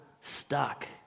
stuck